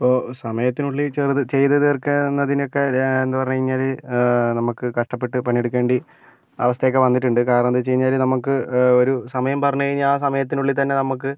ഇപ്പോൾ സമയത്തിനുള്ളിൽ ചെറുത് ചെയ്ത് തീർക്കുക എന്നതിനേക്കാൾ എന്ന് പറഞ്ഞു കഴിഞ്ഞാൽ നമുക്ക് കഷ്ടപ്പെട്ട് പണിയെടുക്കേണ്ട അവസ്ഥയൊക്കെ വന്നിട്ടുണ്ട് കാരണമെന്ന് വെച്ചു കഴിഞ്ഞാൽ നമ്മുക്ക് ഒരു സമയം പറഞ്ഞു കഴിഞ്ഞാൽ ആ സമയത്തിനുള്ളിൽത്തന്നെ നമുക്ക്